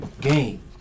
game